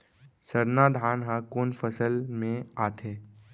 सरना धान ह कोन फसल में आथे?